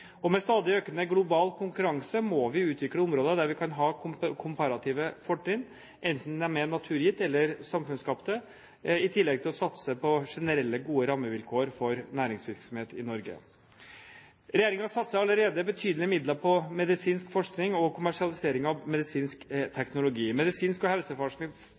inntektsstrøm? Med stadig økende global konkurranse må vi utvikle områder der vi kan ha komparative fortrinn – enten de er naturgitte eller samfunnsskapte – i tillegg til å satse på generelle, gode rammevilkår for næringsvirksomhet i Norge. Regjeringen satser allerede betydelige midler på medisinsk forskning og kommersialisering av medisinsk teknologi. Medisinsk og